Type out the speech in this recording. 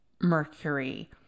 Mercury